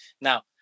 Now